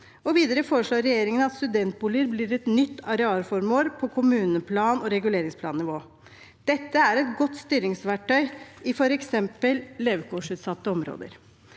Videre foreslår regjeringen at studentboliger blir et nytt arealformål på kommuneplanog reguleringsplannivå. Dette er et godt styringsverktøy i f.eks. levekårsutsatte områder.